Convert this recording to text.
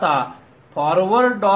आता forward